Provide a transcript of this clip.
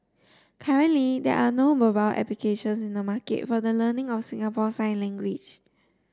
currently there are no mobile applications in the market for the learning of Singapore sign language